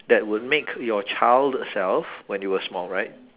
that would make your child self when you were small right